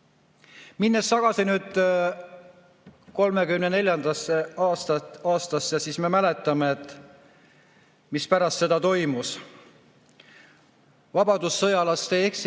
läbi. Minnes tagasi nüüd 1934. aastasse, me mäletame, mis pärast seda toimus. Vabadussõjalaste ehk